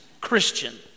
Christian